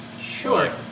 Sure